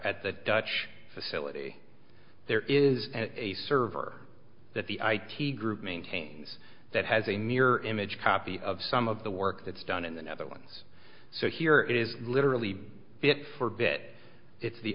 at the dutch facility there is a server that the key group maintains that has a mirror image copy of some of the work that's done in the netherlands so here it is literally bit for bit it's the